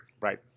Right